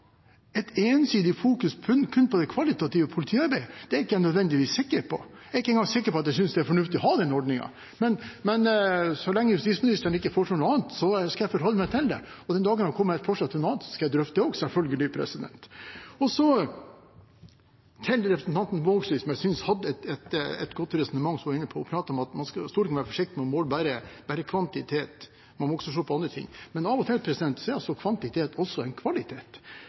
et ensidig fokus kun på det kvalitative politiarbeidet, er jeg ikke sikker på. Jeg er ikke engang sikker på at jeg synes det er fornuftig å ha den ordningen, men så lenge justisministeren ikke foreslår noe annet, skal jeg forholde meg til den. Den dagen han kommer med et forslag til noe annet, skal jeg drøfte det også, selvfølgelig. Så til representanten Vågslid, som jeg synes hadde et godt resonnement da hun var inne på og pratet om at Stortinget må være forsiktig med å måle bare kvantitet, man må også se på andre ting. Men av og til er kvantitet også en kvalitet.